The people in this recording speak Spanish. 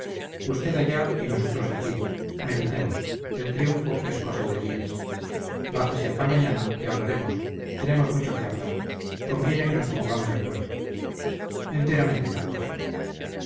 usted allá y nosotros aquí meditemos el triunfo es cosa de días bájese acá mañana y hablaremos tenemos mucho que hablar conviene que nos pongamos de acuerdo enteramente de acuerdo